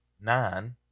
nine